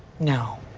no.